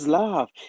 love